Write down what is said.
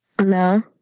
No